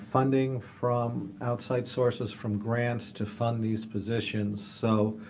funding from outside sources from grants to fund these positions. so